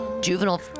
juvenile